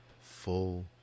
full